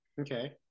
okay